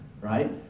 right